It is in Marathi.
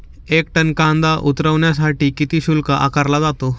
एक टन कांदा उतरवण्यासाठी किती शुल्क आकारला जातो?